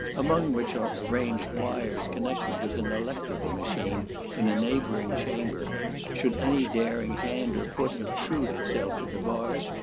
among which are arranged wires connected with an electrical machine in a neighbouring chamber should any daring hand or foot obtrude itself with the bars,